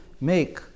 make